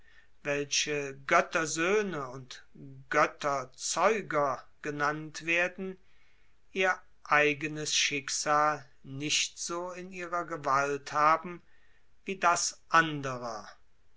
welche göttersöhne und götterzeuger genannt werden ihr eigenes schicksal nicht so in ihrer gewalt haben wie das anderer